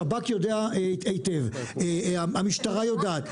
שב"כ יודע היטב, המשטרה יודעת.